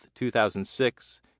2006